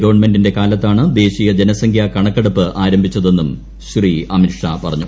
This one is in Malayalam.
ഗവൺമെന്റിന്റെ കാലത്താണ് ദേശീയ ജനസംഖ്യാ കണക്കെടുപ്പ് ആരംഭിച്ചതെന്നും ശ്രീ അമിത്ഷാ പറഞ്ഞു